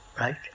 Right